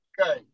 Okay